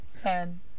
Ten